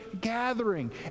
gathering